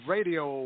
Radio